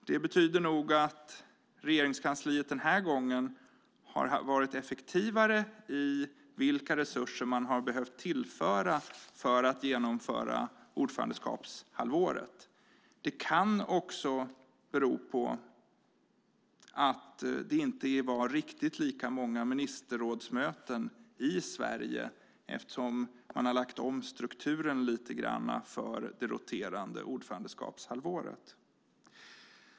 Det betyder nog att Regeringskansliet den här gången har varit effektivare när det gäller vilka resurser man behövt tillföra för att genomföra ordförandeskapshalvåret. En anledning kan också vara att det inte var riktigt lika många ministerrådsmöten i Sverige eftersom man lite grann lagt om strukturen för det halvårsvis roterande ordförandeskapet.